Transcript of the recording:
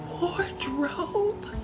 wardrobe